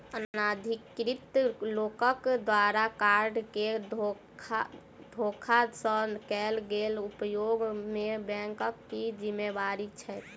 अनाधिकृत लोकक द्वारा कार्ड केँ धोखा सँ कैल गेल उपयोग मे बैंकक की जिम्मेवारी छैक?